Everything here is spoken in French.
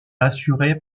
assurée